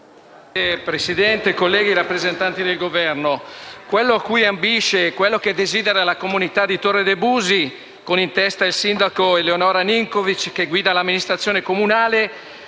Presidente, colleghi, rappresentanti del Governo, quello a cui ambisce e che desidera la comunità di Torre de' Busi, con in testa il sindaco Eleonora Ninkovic, che guida l'amministrazione comunale,